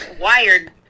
wired